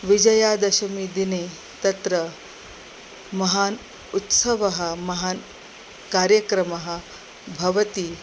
विजयदशमी दिने तत्र महान् उत्सवः महान् कार्यक्रमः भवति